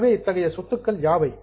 எனவே இத்தகைய சொத்துக்கள் யாவை